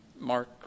Mark